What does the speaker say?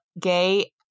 Gay